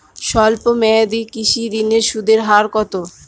স্বল্প মেয়াদী কৃষি ঋণের সুদের হার কত?